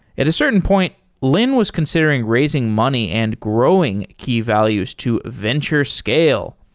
at a certain point, lynne was considering raising money and growing key values to venture scale.